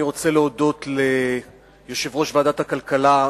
אני רוצה להודות ליושב-ראש ועדת הכלכלה,